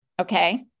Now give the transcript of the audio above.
okay